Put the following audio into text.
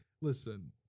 Listen